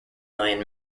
alien